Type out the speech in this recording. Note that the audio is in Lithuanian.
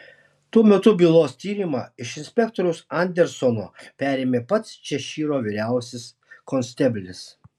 tuo metu bylos tyrimą iš inspektoriaus andersono perėmė pats češyro vyriausias konsteblis